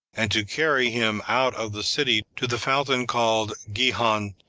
and to carry him out of the city to the fountain called gihon,